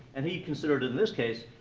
and he considered, in this case,